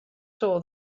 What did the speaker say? saw